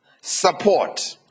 support